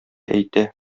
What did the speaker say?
әйтә